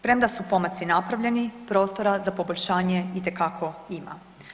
Premda su pomaci napravljeni prostora za poboljšanje itekako ima.